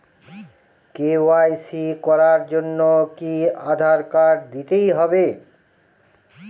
KYC করার জন্য কি আধার কার্ড দিতেই হবে?